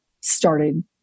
started